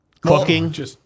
cooking